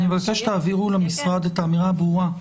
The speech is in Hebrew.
אני מבקש שתעבירו למשרד את האמירה הברורה.